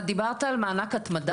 אתה דיברת על מענק התמדה?